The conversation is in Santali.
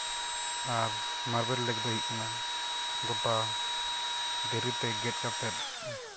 ᱟᱨ ᱢᱟᱨᱵᱮᱞ ᱞᱮᱠ ᱫᱚ ᱦᱩᱭᱩᱜ ᱠᱟᱱᱟ ᱜᱳᱴᱟ ᱫᱮᱨᱤᱛᱮ ᱜᱮᱫ ᱠᱟᱛᱮᱫ